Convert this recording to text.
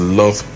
love